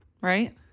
right